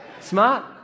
Smart